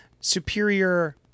superior